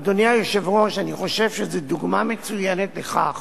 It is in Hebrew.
אדוני היושב-ראש, אני חושב שזאת דוגמה מצוינת לכך